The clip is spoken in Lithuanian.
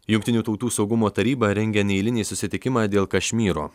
jungtinių tautų saugumo taryba rengia neeilinį susitikimą dėl kašmyro